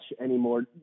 anymore